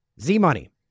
Z-Money